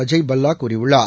அஜய் பல்வா கூறியுள்ளார்